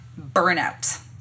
burnout